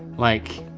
like,